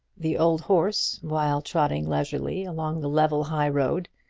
the old horse, while trotting leisurely along the level high road,